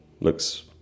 looks